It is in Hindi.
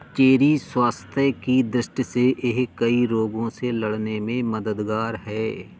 चेरी स्वास्थ्य की दृष्टि से यह कई रोगों से लड़ने में मददगार है